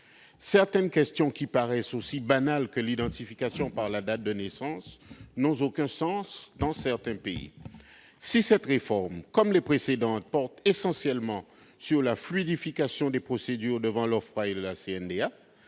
Certaines questions qui paraissent aussi banales que l'identification par la date de naissance n'ont aucun sens dans certains pays. Si cette réforme, comme les précédentes, porte essentiellement sur la fluidification des procédures devant l'OFPRA et la CNDA,